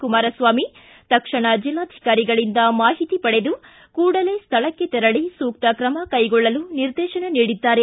ಕುಮಾರಸ್ವಾಮಿ ತಕ್ಷಣ ಜಿಲ್ನಾಧಿಕಾರಿಗಳಿಂದ ಮಾಹಿತಿ ಪಡೆದು ಕೂಡಲೇ ಸ್ಥಳಕ್ಷೆ ತೆರಳಿ ಸೂಕ್ತ ಕ್ರಮ ಕೈಗೊಳ್ಳಲು ನಿರ್ದೇತನ ನೀಡಿದ್ದಾರೆ